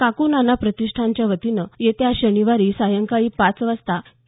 काकू नाना प्रतिष्ठानच्या वतीनं येत्या शनिवारी सायंकाळी पाच वाजता के